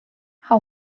how